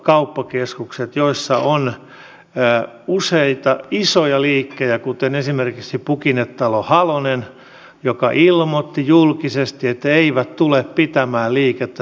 monissa isoissa kauppakeskuksissa on useita isoja liikkeitä kuten esimerkiksi pukinetalo halonen joka ilmoitti julkisesti että eivät tule pitämään liikettä sunnuntaina auki